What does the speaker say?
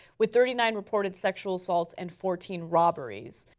with thirty-nine reported sexual assaults and fourteen robberies.